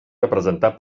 representar